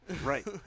Right